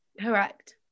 Correct